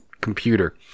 computer